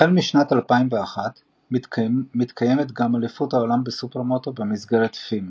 החל משנת 2001 מתקיימת גם "אליפות העולם בסופרמוטו" במסגרת ה-FIM.